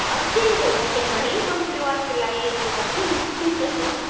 urgent मूंखे घणेई कमु पियो आहे सिलाईअ जो दादी